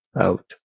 out